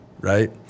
right